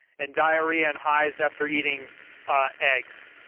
and diarrhea and hives after eating eggs.